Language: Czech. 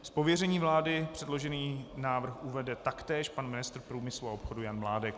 Z pověření vlády předložený návrh uvede taktéž pan ministr průmyslu a obchodu Jan Mládek.